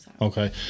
Okay